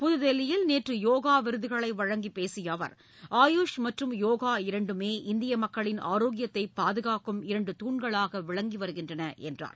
புதுதில்லியில் நேற்று யோகா விருதுகளை வழங்கிப் பேசிய அவர் ஆயூஷ் மற்றும் யோகா இரண்டுமே இந்திய மக்களின் ஆரோக்கியத்தை பாதுகாக்கும் இரண்டு தூண்களாக விளங்கி வருகின்றன என்றார்